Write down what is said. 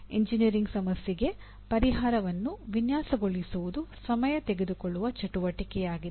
engineering ಸಮಸ್ಯೆಗೆ ಪರಿಹಾರವನ್ನು ವಿನ್ಯಾಸಗೊಳಿಸುವುದು ಸಮಯ ತೆಗೆದುಕೊಳ್ಳುವ ಚಟುವಟಿಕೆಯಾಗಿದೆ